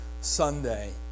Sunday